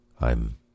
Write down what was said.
I'm